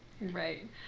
Right